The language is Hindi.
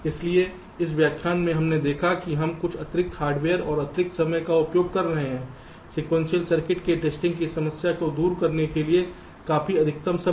इसलिए इस व्याख्यान में हमने देखा है कि हम कुछ अतिरिक्त हार्डवेयर और अतिरिक्त समय का उपयोग कर रहे हैं सीक्वेंशियल सर्किट के टेस्टिंग की समस्या को दूर करने के लिए काफी अतिरिक्त समय